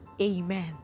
Amen